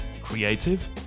creative